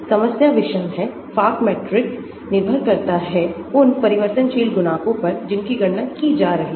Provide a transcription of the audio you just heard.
समस्या विषम है फॉक मैट्रिक्स निर्भर करता है उन परिवर्तनशील गुणांकों पर जिनकी गणना की जा रही है